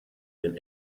den